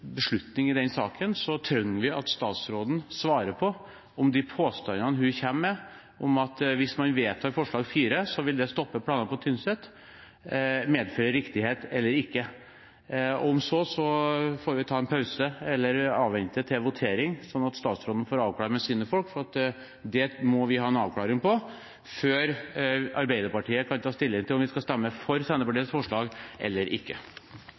beslutning i den saken, trenger vi at statsråden svarer på om de påstandene hun kommer med, at hvis man vedtar forslag nr. 4, vil det stoppe planene på Tynset, medfører riktighet eller ikke. Om nødvendig får vi ta en pause eller avvente til votering, sånn at statsråden får avklart med sine folk, for det må vi ha en avklaring på før Arbeiderpartiet kan ta stilling til om vi skal stemme for Senterpartiets forslag eller ikke.